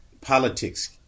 politics